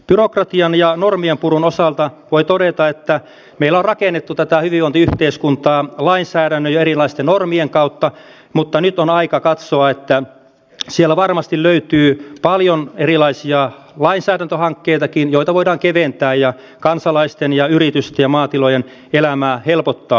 byrokratian ja normienpurun osalta voi todeta että meillä on rakennettu tätä hyvinvointiyhteiskuntaa lainsäädännön ja erilaisten normien kautta mutta nyt on aika katsoa että siellä varmasti löytyy paljon erilaisia lainsäädäntöhankkeitakin joita voidaan keventää ja kansalaisten ja yritysten ja maatilojen elämää helpottaa